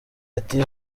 ati